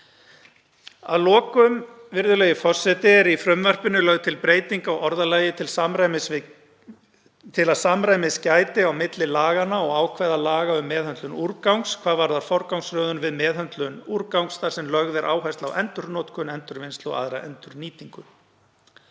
Að lokum er í frumvarpinu lögð til breyting á orðalagi til að samræmis gæti á milli laganna og ákvæða laga um meðhöndlun úrgangs hvað varðar forgangsröðun við meðhöndlun úrgangs þar sem lögð er áhersla á endurnotkun, endurvinnslu og aðra endurnýtingu.